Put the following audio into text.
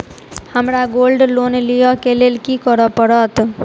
हमरा gold loan लिय केँ लेल की करऽ पड़त?